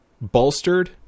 bolstered